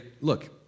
look